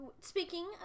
speaking